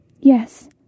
Yes